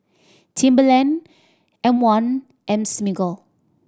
Timberland M One and Smiggle